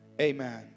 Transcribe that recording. Amen